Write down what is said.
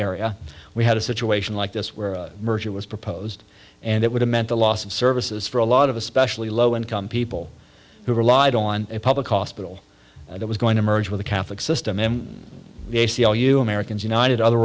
area we had a situation like this where a merger was proposed and it would have meant a loss of services for a lot of especially low income people who relied on a public hospital that was going to merge with the catholic system in the a c l u americans united other